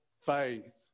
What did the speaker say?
faith